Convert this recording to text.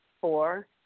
Four